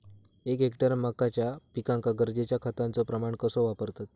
एक हेक्टर मक्याच्या पिकांका गरजेच्या खतांचो प्रमाण कसो वापरतत?